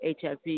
HIV